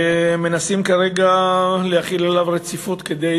ומנסים כרגע להחיל עליו רציפות כדי